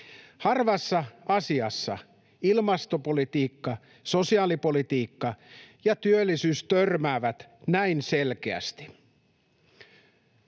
Harvassa asiassa ilmastopolitiikka, sosiaalipolitiikka ja työllisyys törmäävät näin selkeästi.